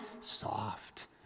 soft